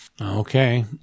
Okay